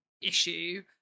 issue